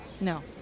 No